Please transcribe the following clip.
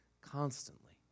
constantly